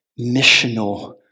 missional